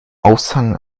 aushang